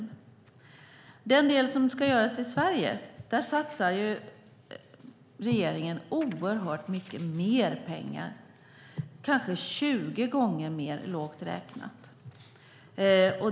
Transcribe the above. När det gäller den del som ska göras i Sverige satsar regeringen oerhört mycket mer pengar - kanske tjugo gånger mer, lågt räknat.